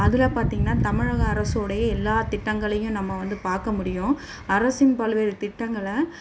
அதில் பார்த்தீங்கன்னா தமிழக அரசு உடைய எல்லா திட்டங்களையும் நம்ம வந்து பார்க்க முடியும் அரசின் பல்வேறு திட்டங்களை